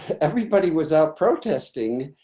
everybody was out protesting,